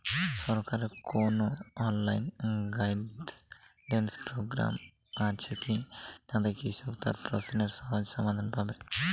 সরকারের কোনো online guidance programme আছে কি যাতে কৃষক তার প্রশ্নের সহজ সমাধান পাবে?